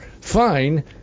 Fine